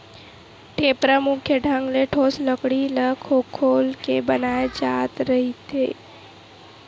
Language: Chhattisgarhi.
टेपरा मुख्य ढंग ले ठोस लकड़ी ल खोखोल के बनाय जाय रहिथे